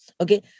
Okay